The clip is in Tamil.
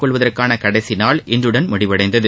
கொள்வதற்கான கடைசி நாள் இன்றுடன் முடிவடைந்தது